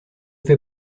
vais